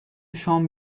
شام